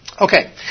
Okay